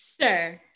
Sure